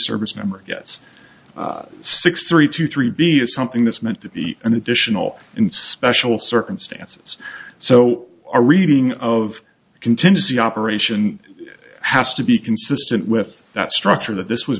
service member yes six three two three b is something that's meant to be an additional in special circumstances so our reading of contingency operation has to be consistent with that structure that this was